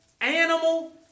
animal